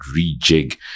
rejig